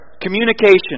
Communication